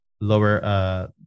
lower